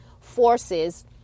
forces